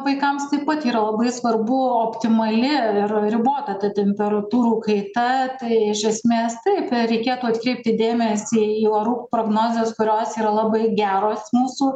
vaikams taip pat yra labai svarbu optimali ir ribota ta temperatūrų kaita tai iš esmės taip reikėtų atkreipti dėmesį į orų prognozes kurios yra labai geros mūsų